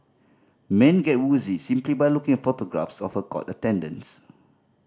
men get woozy simply by looking at photographs of her court attendance